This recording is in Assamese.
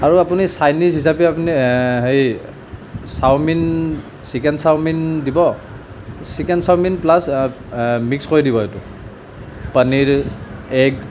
আৰু আপুনি চাইনিজ হিচাপে আপুনি হেৰি চাওমিন চিকেন চাওমিন দিব চিকেন চাওমিন প্লাছ মিক্স কৰি দিব এইটো পনীৰ এগ